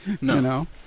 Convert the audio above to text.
No